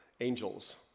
angels